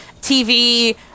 TV